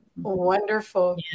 Wonderful